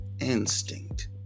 instinct